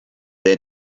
there